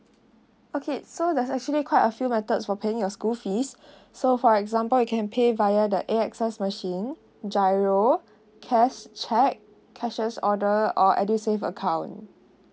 okay so that's actually quite a few methods for playing your school fees so for example you can pay via the A_X_S machine G_I_R_O cash cheque cashier's order or edusave account